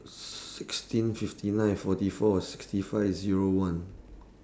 sixteen fifty nine forty four sixty five Zero one